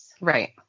Right